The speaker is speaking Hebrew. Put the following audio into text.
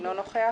אינו נוכח.